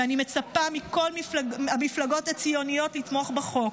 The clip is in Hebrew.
ואני מצפה מכל המפלגות הציוניות לתמוך בחוק.